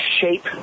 shape